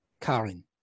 Karen